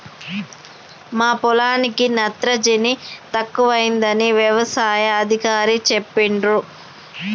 మా పొలానికి నత్రజని తక్కువైందని యవసాయ అధికారి చెప్పిండు